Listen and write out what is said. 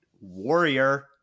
Warrior